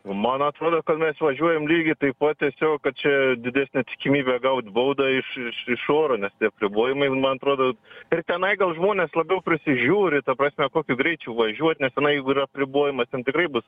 man atrodo kad mes važiuojam lygiai taip pat tiesiog kad čia didesnė tikimybė gaut baudą iš iš iš oro nes tie apribojimai man atrodo ir tenai gal žmonės labiau prisižiūri ta prasme kokiu greičiu važiuot nes tenai jeigu yra apribojimas ten tikrai bus